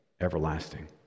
everlasting